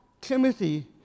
Timothy